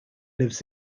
lives